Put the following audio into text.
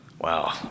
Wow